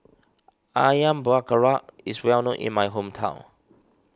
Ayam Buah Keluak is well known in my hometown